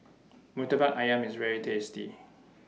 Murtabak Ayam IS very tasty